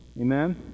Amen